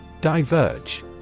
Diverge